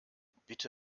bitte